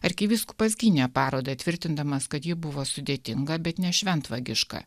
arkivyskupas gynė parodą tvirtindamas kad ji buvo sudėtinga bet ne šventvagiška